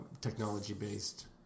technology-based